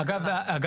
תודה.